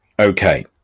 Okay